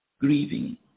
grieving